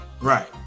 Right